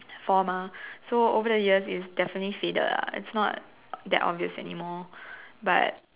four mah so over the years it's definitely faded ah it's not that obvious anymore but